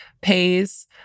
pays